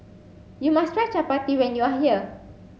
you must try Chapati when you are here